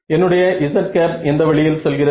என்னுடைய z எந்த வழியில் செல்கிறது